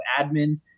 admin